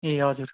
ए हजुर